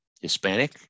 Hispanic